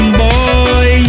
boy